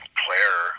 player